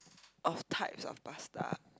of types of pasta